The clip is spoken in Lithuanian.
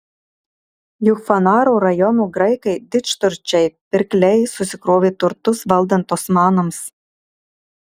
juk fanaro rajono graikai didžturčiai pirkliai susikrovė turtus valdant osmanams